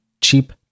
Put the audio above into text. cheap